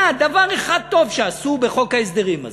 אחד, דבר אחד טוב שעשו בחוק ההסדרים הזה.